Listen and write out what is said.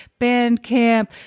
Bandcamp